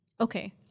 okay